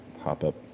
hop-up